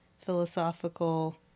philosophical